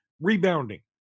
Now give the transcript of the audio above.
rebounding